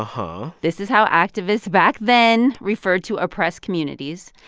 uh-huh. this is how activists back then referred to oppressed communities.